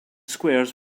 squares